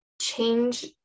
change